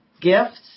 gifts